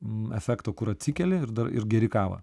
efekto kur atsikeli ir dar ir geri kavą